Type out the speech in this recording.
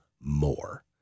more